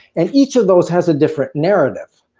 and each of those has a different narrative.